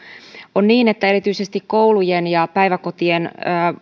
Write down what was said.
on niin että erityisesti koulujen ja päiväkotien